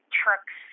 trucks